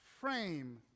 frame